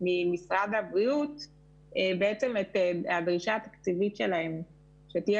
ממשרד הבריאות שהדרישה התקציבית שלהם תהיה